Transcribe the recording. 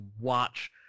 watch